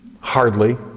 Hardly